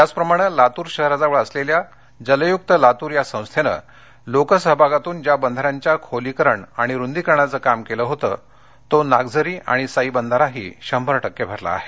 त्याचप्रमाणे लातूर शहराजवळ असलेल्या जलयूक्त लातूर या संस्थेन लोकसहभागातून ज्या बंधाऱ्याच्या खोलीकरण आणि रुंदीकरणाच काम केलं होतं तो नागझरी आणि साई बंधाराही शंभर टक्के भरला आहे